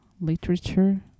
literature